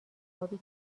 ابی